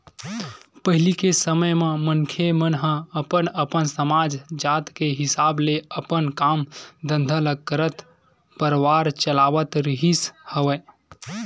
पहिली के समे म मनखे मन ह अपन अपन समाज, जात के हिसाब ले अपन काम धंधा ल करत परवार चलावत रिहिस हवय